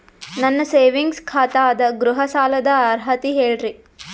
ನನ್ನ ಸೇವಿಂಗ್ಸ್ ಖಾತಾ ಅದ, ಗೃಹ ಸಾಲದ ಅರ್ಹತಿ ಹೇಳರಿ?